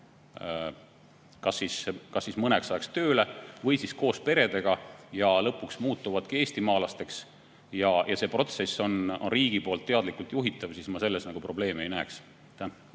kas mõneks ajaks tööle või siis koos peredega ja lõpuks muutuvadki eestimaalasteks ja see protsess on riigi poolt teadlikult juhitav, siis ma selles probleemi ei näe.